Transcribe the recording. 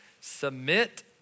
submit